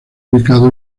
ubicado